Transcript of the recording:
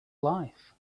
life